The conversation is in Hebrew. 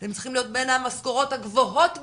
הם צריכים להיות בין המשכורות הגבוהות במשק,